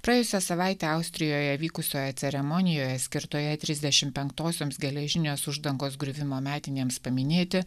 praėjusią savaitę austrijoje vykusioje ceremonijoje skirtoje trisdešim penktosios geležinės uždangos griuvimo metinėms paminėti